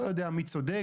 אני לא יודע מי צודק.